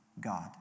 God